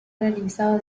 realizado